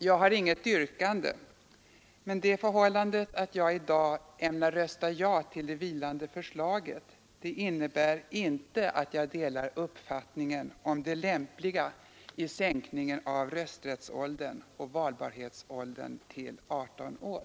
Jag har inget yrkande, men det förhållandet att jag i dag ämnar rösta ja till det vilande förslaget innebär inte att jag delar uppfattningen om det lämpliga i sänkningen av rösträttsåldern och valbarhetsåldern till 18 år.